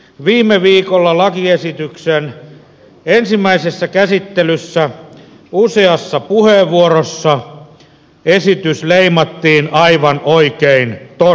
viime viikolla lakiesityksen ensimmäisessä käsittelyssä useassa puheenvuorossa esitys leimattiin aivan oikein torsoksi